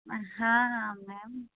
हाँ हाँ मैम